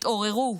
התעוררו.